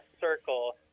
circle